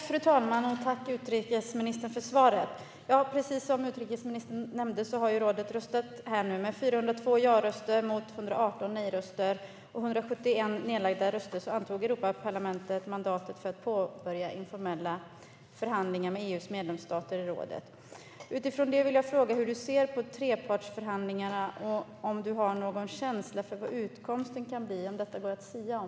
Fru talman! Jag tackar utrikesministern för svaret. Precis som utrikesministern nämnde har rådet röstat, och med 402 ja-röster mot 118 nej-röster samt 171 nedlagda röster antog Europaparlamentet mandatet för att påbörja informella förhandlingar med EU:s medlemsstater i rådet. Utifrån det vill jag fråga hur utrikesministern ser på trepartsförhandlingarna och om hon har någon känsla för vad utkomsten kan bli. Går detta att sia om?